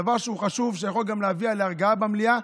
דבר שהוא חשוב ושיכול גם להביא להרגעה במליאה.